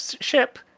ship